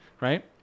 Right